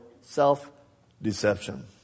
self-deception